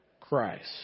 Christ